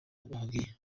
bababwiye